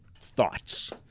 thoughts